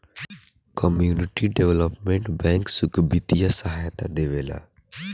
community development bank सुख बित्तीय सहायता देवेला